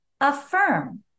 affirm